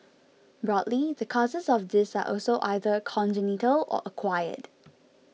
broadly the causes of this are also either congenital or acquired